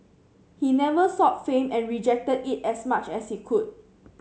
he never sought fame and rejected it as much as he could